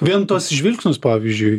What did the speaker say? vien tuos žvilgsnius pavyzdžiui